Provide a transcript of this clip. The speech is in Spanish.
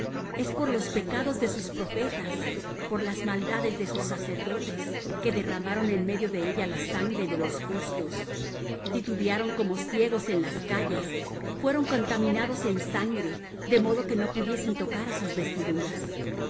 es por los pecados de sus profetas por las maldades de sus sacerdotes que derramaron en medio de ella la sangre de los justos titubearon como ciegos en las calles fueron contaminados en sangre de modo que no pudiesen tocar á sus vestiduras